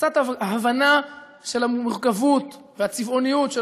קצת הבנה של המורכבות והצבעוניות של